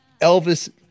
Elvis